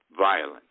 violence